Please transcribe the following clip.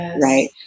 right